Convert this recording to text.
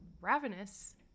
ravenous